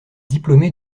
diplômé